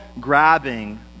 grabbing